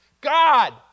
God